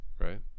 Right